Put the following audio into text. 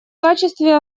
качестве